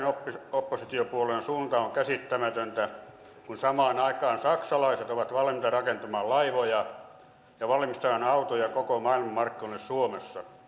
oppositiopuolueen suunta on käsittämätöntä kun samaan aikaan saksalaiset ovat valmiita rakentamaan laivoja ja valmistamaan autoja koko maailman markkinoille suomessa